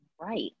right